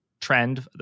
trend